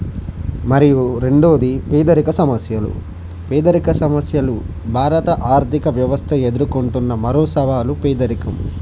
మరియు రెండవది పేదరిక సమస్యలు పేదరిక సమస్యలు భారత ఆర్థిక వ్యవస్థ ఎదుర్కొంటున్న మరో సవాలు పేదరికం